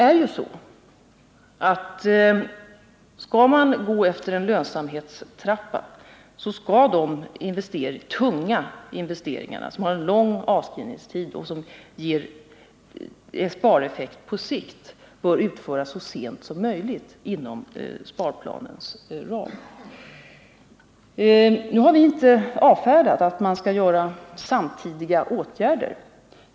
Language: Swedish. Om man skall gå efter en lönsamhetstrappa, så bör de tunga investeringarna — som har en lång avskrivningstid och som ger en spareffekt på sikt — utföras så sent som möjligt inom sparplanens ram. Vi har inte avfärdat tanken på samtidiga åtgärder.